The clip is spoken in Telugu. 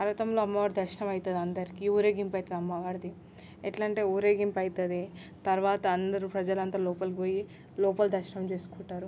ఆవ్రతంలో అమ్మవారి దర్శనం అవుతుంది అందరికీ ఊరేగింపు అవుతుంది అమ్మవారిది ఎట్లా అంటే ఊరేగింపు అవుతుంది తర్వాత అందరూ ప్రజలంతా లోపల పోయి లోపల దర్శనం చేసుకుంటారు